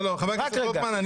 חבר הכנסת רוטמן,